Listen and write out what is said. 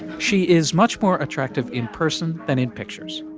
she is much more attractive in person than in pictures.